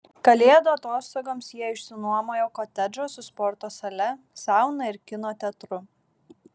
kalėdų atostogoms jie išsinuomojo kotedžą su sporto sale sauna ir kino teatru